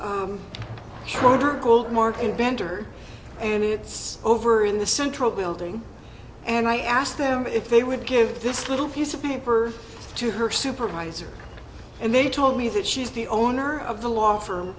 bender and it's over in the central building and i asked them if they would give this little piece of paper to her supervisor and they told me that she's the owner of the law firm